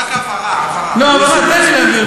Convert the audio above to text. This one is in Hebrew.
לספח את, אדוני, אבל זה לא המצב החוקי.